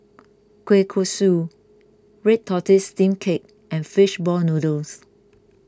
Kueh Kosui Red Tortoise Steamed Cake and Fish Ball Noodles